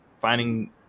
finding